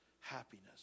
happiness